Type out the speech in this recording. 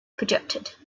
projected